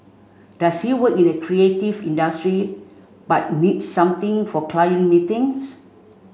does he work in a creative industry but needs something for client meetings